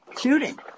shooting